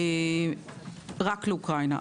רק לאוקראינה.